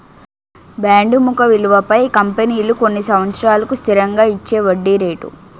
bond ముఖ విలువపై కంపెనీలు కొన్ని సంవత్సరాలకు స్థిరంగా ఇచ్చేవడ్డీ రేటు